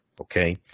Okay